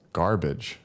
garbage